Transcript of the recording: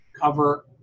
cover